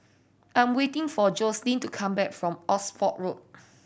I am waiting for Joselin to come back from Oxford Road